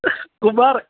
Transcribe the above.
Kumar